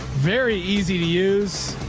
very easy to use.